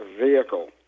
vehicle